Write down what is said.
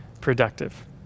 productive